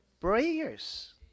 prayers